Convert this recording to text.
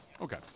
Okay